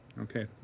okay